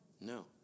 No